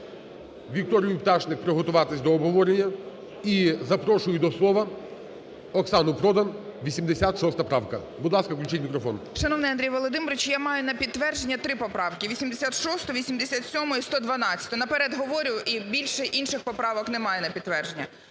Вікторію Пташник приготуватись до обговорення. І запрошую до слова Оксану Продан, 86 правка. Будь ласка, включіть мікрофон. 10:11:08 ПРОДАН О.П. Шановний Андрій Володимирович! Я маю на підтвердження три поправки: 86, 87 і 112. Наперед говорю, більше інших поправок немає на підтвердження.